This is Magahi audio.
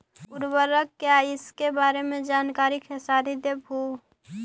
उर्वरक क्या इ सके बारे मे जानकारी खेसारी देबहू?